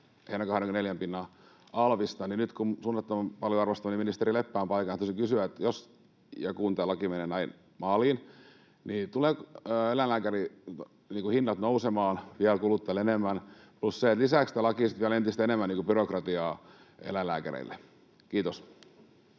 24 pinnan alvista. Nyt kun suunnattoman paljon arvostamani ministeri Leppä on paikalla, tahtoisin kysyä: Jos ja kun tämä laki menee näin maaliin, tulevatko eläinlääkärin hinnat nousemaan kuluttajille vielä enemmän? Plus se, että lisääkö tämä laki sitten vielä entistä enemmän byrokratiaa eläinlääkäreille. — Kiitos.